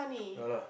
ya lah